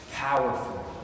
powerful